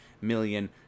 million